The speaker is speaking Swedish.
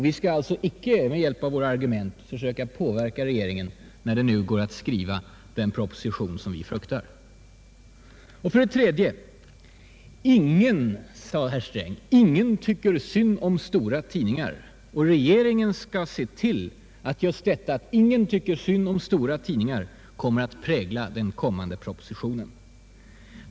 Vi skall alltså inte med hjälp av våra argument försöka påverka regeringen, när den nu går att skriva den proposition som vi fruktar. För det tredje: Ingen »tycker synd om» stora tidningar, sade herr Sträng. Regeringen skall se till att just detta att ingen tycker synd om stora tidningar kommer att prägla propositionen.